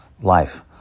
life